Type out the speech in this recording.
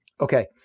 Okay